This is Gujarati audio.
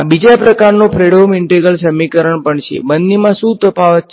અહી બિજા પ્રકારનું ફ્રેડહોમ ઇન્ટિગ્રલ સમીકરણ પણ છે બન્નેમાં શું તફાવત છે